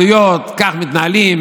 ההתנהלויות: כך מתנהלים?